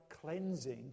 cleansing